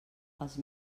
els